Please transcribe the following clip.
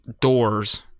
doors